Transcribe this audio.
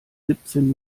siebzehn